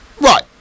Right